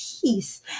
peace